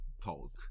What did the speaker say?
talk